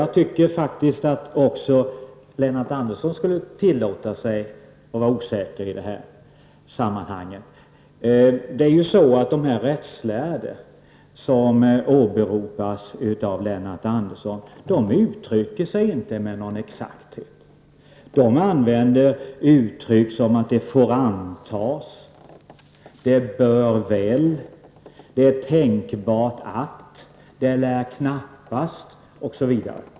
Jag tycker faktiskt att även Lennart Andersson skulle tillåta sig att vara osäker i detta sammanhang. Dessa rättslärda som åberopas av Lennart Andersson uttrycker sig inte heller med någon exakthet. De använder uttryck som att ”det får antas”, ”bör väl”, ”det är tänkbart att”, ”det lär knappast”, osv.